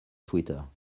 twitter